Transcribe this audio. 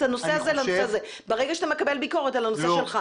את הנושא הזה לנושא הזה ברגע שאתה מקבל ביקורת על הנושא שלך.